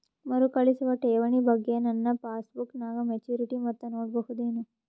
ಮರುಕಳಿಸುವ ಠೇವಣಿ ಬಗ್ಗೆ ನನ್ನ ಪಾಸ್ಬುಕ್ ನಾಗ ಮೆಚ್ಯೂರಿಟಿ ಮೊತ್ತ ನೋಡಬಹುದೆನು?